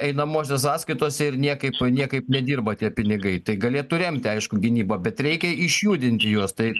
einamosios sąskaitose ir niekaip niekaip nedirba tie pinigai tai galėtų remti aišku gynybą bet reikia išjudinti juos tai